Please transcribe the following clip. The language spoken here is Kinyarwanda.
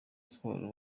sports